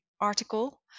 article